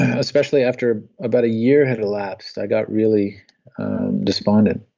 especially after about a year had elapsed i got really despondent.